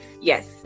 Yes